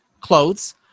clothes